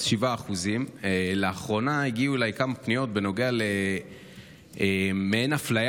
אז 7%. לאחרונה הגיעו אליי כמה פניות בנוגע למעין אפליה